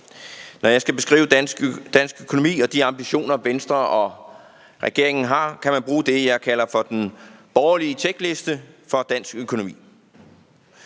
Når jeg skal beskrive dansk økonomi og de ambitioner, Venstre og regeringen har, kan man bruge det, jeg kalder for den borgerlige tjekliste for dansk økonomi: